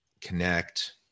connect